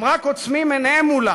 הם רק עוצמים עיניהם מולה.